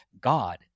God